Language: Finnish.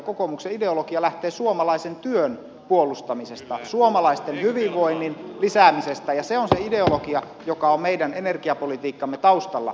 kokoomuksen ideologia lähtee suomalaisen työn puolustamisesta suomalaisten hyvinvoinnin lisäämisestä ja se on se ideologia joka on meidän energiapolitiikkamme taustalla